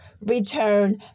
return